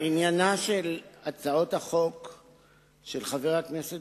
עניינן של הצעות החוק של חבר הכנסת